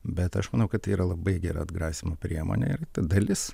bet aš manau kad tai yra labai gera atgrasymo priemonė ir dalis